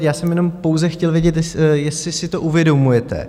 Já jsem jenom pouze chtěl vědět, jestli si to uvědomujete.